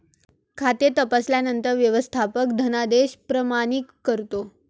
खाते तपासल्यानंतर व्यवस्थापक धनादेश प्रमाणित करतो